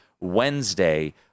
Wednesday